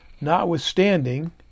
notwithstanding